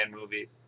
movie